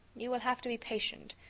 you will have to be patient.